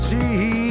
See